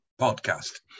podcast